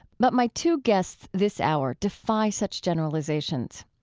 but my two guests this hour defy such generalizations.